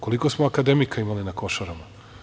Koliko smo akademika imali na Košarama?